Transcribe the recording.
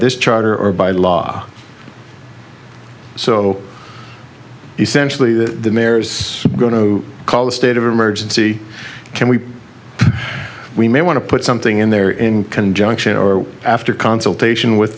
this charter or by law so essentially the mayor is going to call the state of emergency can we we may want to put something in there in conjunction or after consultation with